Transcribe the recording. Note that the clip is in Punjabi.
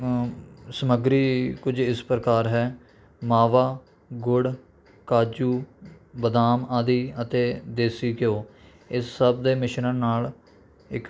ਸਮੱਗਰੀ ਕੁੱਝ ਇਸ ਪ੍ਰਕਾਰ ਹੈ ਮਾਵਾ ਗੁੜ ਕਾਜੂ ਬਦਾਮ ਆਦਿ ਅਤੇ ਦੇਸੀ ਘਿਓ ਇਸ ਸਭ ਦੇ ਮਿਸ਼ਰਨ ਨਾਲ ਇੱਕ